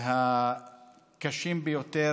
הקשים ביותר,